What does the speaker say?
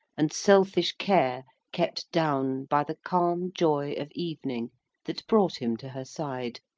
and selfish care kept down by the calm joy of evening that brought him to her side,